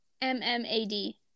M-M-A-D